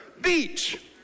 beach